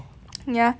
ya